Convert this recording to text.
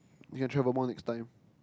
you can travel more next time